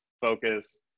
focus